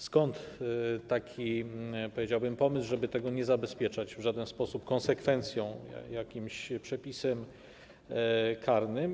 Skąd taki, powiedziałbym, pomysł, żeby tego nie zabezpieczać w żaden sposób konsekwencją, jakimś przepisem karnym?